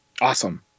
Awesome